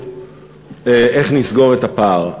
ואיך נסגור את הפער?